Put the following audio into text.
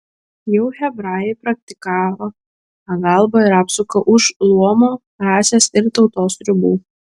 jau hebrajai praktikavo pagalbą ir apsaugą už luomo rasės ir tautos ribų